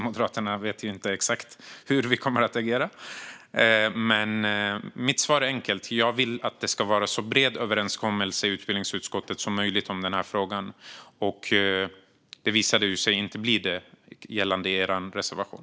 Moderaterna vet inte exakt hur vi kommer att agera. Mitt svar är enkelt. Jag vill att det ska vara en så bred överenskommelse som möjligt i utbildningsutskottet om den här frågan. Det visade sig inte bli det gällande er reservation.